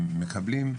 שמקבלים.